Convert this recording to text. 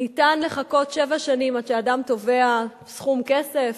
אפשר לחכות שבע שנים עד שאדם תובע סכום כסף,